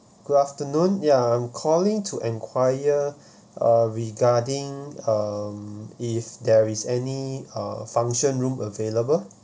good afternoon ya I'm calling to enquire uh regarding um if there is any uh function room available